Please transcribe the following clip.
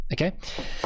Okay